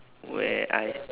where I